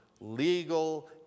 legal